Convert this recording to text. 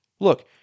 Look